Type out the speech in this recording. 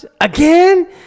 again